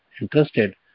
interested